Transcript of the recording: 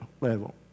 level